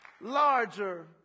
larger